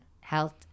health